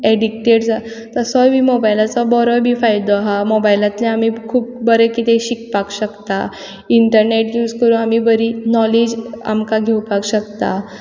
addicted तसोय मोबायलाचो बरो बी फायदो आहा मोबायलांतल्यान आमी खूब बरें कितें शिकपाक शकता इंटरनेट यूज करून आमी बरी नोलेज आमकां घेवपाक शकता